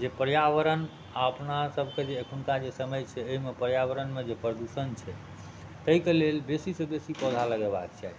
जे पर्यावरण आ अपना सबके जे अखुनका जे समय छै ओहिमे पर्यावरणमे जे प्रदूषण छै ताहि के लेल बेसीसँ बेसी पौधा लगेबाके चाही